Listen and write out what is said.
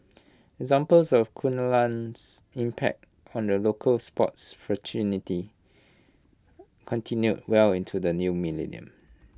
examples of Kunalan's impact on the local sports fraternity continue well into the new millennium